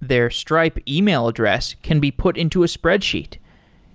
their stripe email address can be put into a spreadsheet